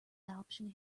option